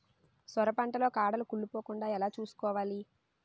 సొర పంట లో కాడలు కుళ్ళి పోకుండా ఎలా చూసుకోవాలి?